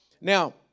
Now